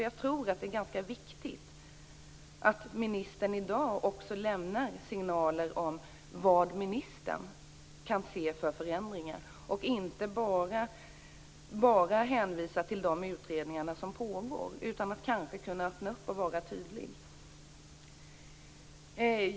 Jag tror att det är ganska viktigt att ministern i dag kan vara tydlig, att ministern kan ge signaler om vilka förändringar hon kan se och inte bara hänvisar till de utredningar som pågår.